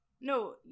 No